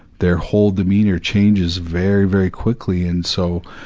their whole demeanor changes very very quickly and so,